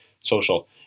Social